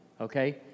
Okay